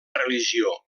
religió